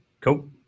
Cool